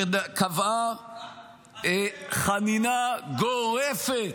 שקבעה חנינה גורפת,